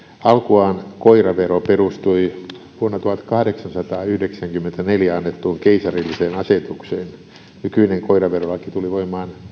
alkuaan koiravero perustui vuonna tuhatkahdeksansataayhdeksänkymmentäneljä annettuun keisarilliseen asetukseen nykyinen koiraverolaki tuli voimaan